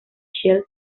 shell